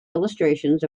illustrations